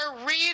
reading